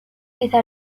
pieza